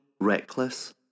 reckless